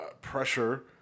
pressure